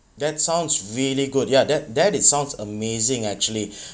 that sounds really good ya that that it is sounds amazing actually